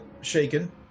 shaken